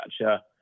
gotcha